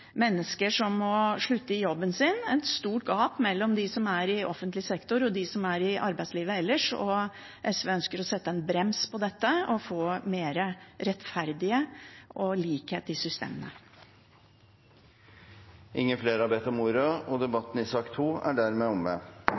mennesker som må slutte i jobben sin – et stort gap mellom dem som er i offentlig sektor, og dem som er i arbeidslivet ellers. SV ønsker å sette en brems på dette og få mer rettferdighet og likhet i systemet. Flere har ikke bedt om ordet til sak